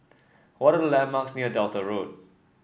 what are the landmarks near Delta Road